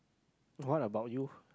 what about you